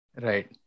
Right